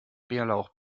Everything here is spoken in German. bärlauch